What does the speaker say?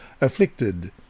afflicted